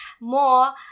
more